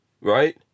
right